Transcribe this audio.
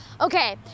Okay